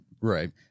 Right